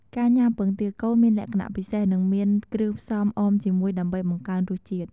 ការញ៉ាំពងទាកូនមានលក្ខណៈពិសេស និងមានគ្រឿងផ្សំអមជាមួយដើម្បីបង្កើនរសជាតិ។